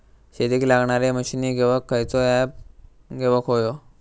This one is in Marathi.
शेतीक लागणारे मशीनी घेवक खयचो ऍप घेवक होयो?